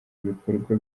ibikorwa